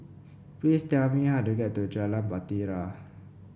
please tell me how to get to Jalan Bahtera